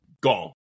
Gone